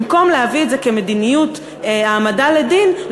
במקום להביא את זה כמדיניות העמדה לדין,